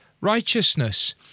righteousness